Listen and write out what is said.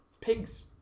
pigs